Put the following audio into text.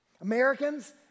Americans